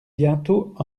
bientôt